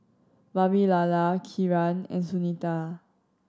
Vavilala Kiran and Sunita